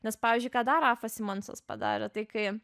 nes pavyzdžiui ką dar rafas simonsas padarė tai kai